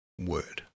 word